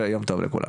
שיהיה יום טוב לכולם.